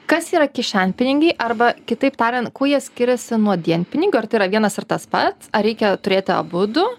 kas yra kišenpinigiai arba kitaip tariant kuo jie skiriasi nuo dienpinigių ar tai yra vienas ir tas pat ar reikia turėti abudu